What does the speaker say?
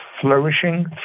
flourishing